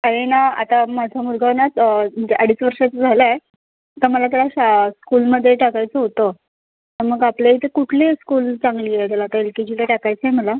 आहे ना आता माझा मुलगा ना म्हणजे अडीच वर्षाचा झाला आहे तर मला त्याला शा स्कूलमध्ये टाकायचं होतं तर मग आपल्या इथे कुठली स्कूल चांगली आहे त्याला एल के जीला टाकायचं आहे मला